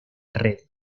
red